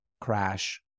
crash